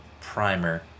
primer